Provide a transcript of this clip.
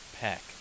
pack